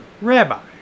Rabbi